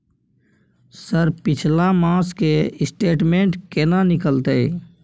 Sir पिछला मास के स्टेटमेंट केना निकलते?